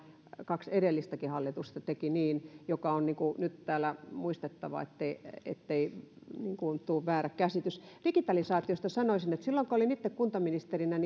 kaksi edellistäkin hallitusta teki niin mikä on nyt täällä muistettava ettei ettei tule väärä käsitys digitalisaatiosta sanoisin olin itse kuntaministerinä